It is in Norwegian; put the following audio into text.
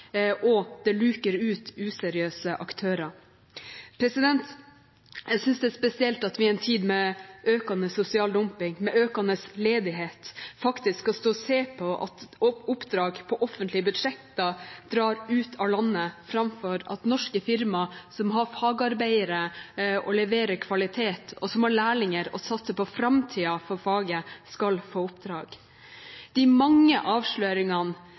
og det luker ut useriøse aktører. Jeg synes det er spesielt at vi i en tid med økende sosial dumping og med økende ledighet skal stå og se på at oppdrag på offentlige budsjetter går ut av landet framfor at norske firmaer som har fagarbeidere og leverer kvalitet, og som har lærlinger og satser på framtiden for faget, skal få oppdrag. De mange avsløringene